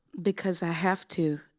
because i have to,